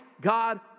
God